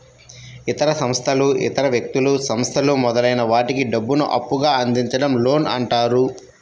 ఇతర సంస్థలు ఇతర వ్యక్తులు, సంస్థలు మొదలైన వాటికి డబ్బును అప్పుగా అందించడం లోన్ అంటారు